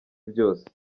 byose